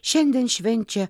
šiandien švenčia